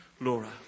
Laura